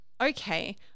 okay